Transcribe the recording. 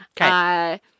okay